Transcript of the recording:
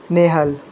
Nehal